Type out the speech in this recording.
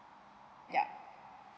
yup